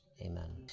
amen